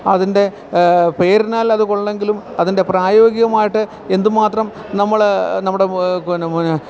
അതിൻ്റെ പേരിനാൽ അത് കൊള്ളെങ്കിലും അതിൻ്റെ പ്രായോഗികമായിട്ട് എന്തുമാത്രം നമ്മള് നമ്മുടെ